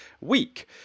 week